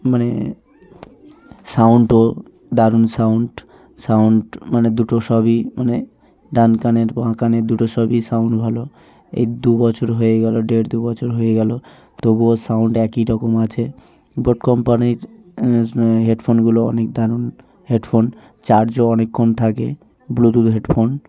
মানে সাউন্ডও দারুণ সাউন্ড সাউন্ড মানে দুটো সবই মানে ডান কানের বাঁ কানের দুটো সবই সাউন্ড ভালো এই দু বছর হয়ে গেল দেড় দু বছর হয়ে গেল তবুও সাউন্ড একই রকম আছে বোট কোম্পানির হেড ফোনগুলো অনেক দারুণ হেড ফোন চার্জও অনেকক্ষণ থাকে ব্লু টুথ হেড ফোন